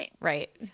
Right